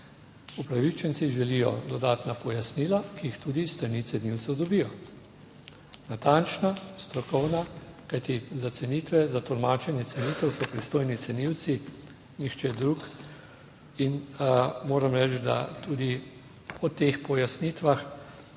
upravičenci želijo dodatna pojasnila, ki jih tudi s strani cenilcev dobijo, natančna, strokovna, kajti za cenitve, za tolmačenje cenitev so pristojni cenilci, nihče drug, in moram reči, da tudi po teh pojasnitvah